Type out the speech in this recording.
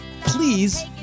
Please